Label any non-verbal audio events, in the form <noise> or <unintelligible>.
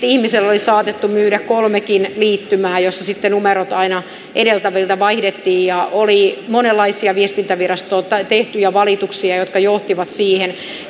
<unintelligible> ihmiselle oli saatettu myydä kolmekin liittymää jolloin sitten numerot aina edeltävistä vaihdettiin ja oli monenlaisia viestintävirastoon tehtyjä valituksia jotka johtivat siihen